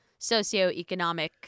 socioeconomic